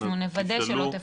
אנחנו נוודא שלא תפספס.